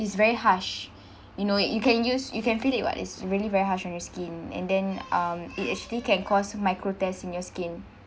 is very harsh you know it you can use you can feel it [what] it's really very harsh on your skin and then um it actually can cause microtears in your skin